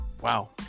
Wow